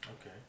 Okay